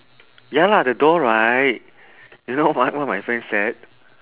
ya lah the door right you know what what my friend said